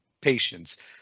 patients